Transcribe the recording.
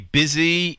busy